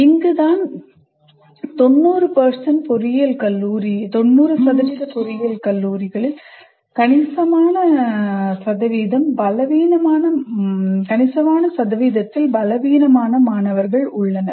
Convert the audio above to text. இங்குதான் 90 பொறியியல் கல்லூரிகளில் கணிசமான சதவீதம் பலவீனமான மாணவர்கள் உள்ளனர்